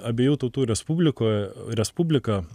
abiejų tautų respublikoj respublika